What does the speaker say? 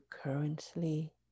currently